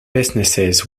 businesses